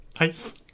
Nice